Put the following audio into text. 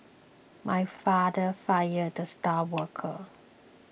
my father fired the star worker